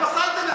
אתם פסלתם את זה,